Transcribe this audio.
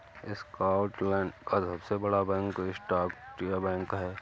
Scotland का सबसे बड़ा बैंक स्कॉटिया बैंक है